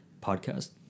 podcast